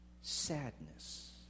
sadness